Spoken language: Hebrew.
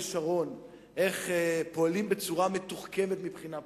שרון איך פועלים בצורה מתוחכמת מבחינה פוליטית,